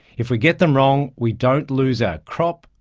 if we get them wrong we don't lose our crop,